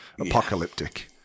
apocalyptic